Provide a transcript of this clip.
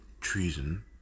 treason